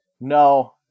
No